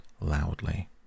loudly